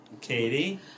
Katie